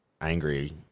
angry